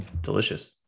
delicious